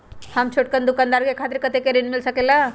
हम छोटकन दुकानदार के खातीर कतेक ऋण मिल सकेला?